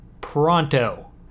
pronto